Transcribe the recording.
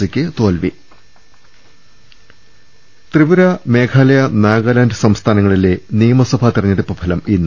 സിക്ക് തോൽവി ദർവ്വട്ടെഴ ത്രിപുര മേഘാലയ നാഗാലാന്റ് സംസ്ഥാനങ്ങളിലെ നിയമസഭാ തെര ഞ്ഞെടുപ്പ് ഫലം ഇന്ന്